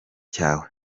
cyawe